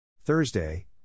Thursday